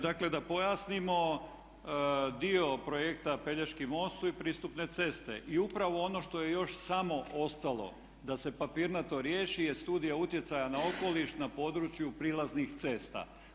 Dakle da pojasnimo, dio projekta Pelješki most su i pristupne ceste i upravo ono što je još samo ostalo da se papirnato riješi je Studija utjecaja na okoliš na području prilaznih cesta.